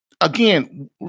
Again